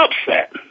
upset